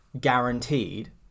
guaranteed